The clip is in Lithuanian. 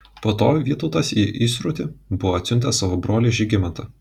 po to vytautas į įsrutį buvo atsiuntęs savo brolį žygimantą